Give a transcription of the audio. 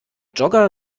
jogger